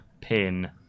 pin